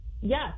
yes